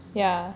ya